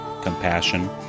compassion